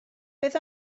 beth